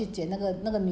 I think may ah